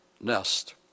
nest